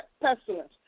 pestilence